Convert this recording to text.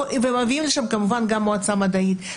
מביאים לשם כמובן גם מועצה מדעית,